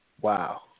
Wow